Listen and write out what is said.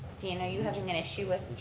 dean are you having an issue with?